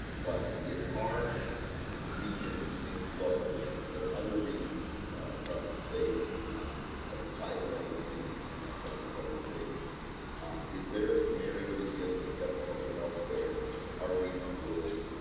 but if our region remains low but other regions across the state have a spike like we've seen it in some of the southern states um is there scenario that you guys discuss at public health where our region would